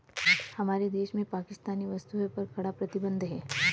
हमारे देश में पाकिस्तानी वस्तुएं पर कड़ा प्रतिबंध हैं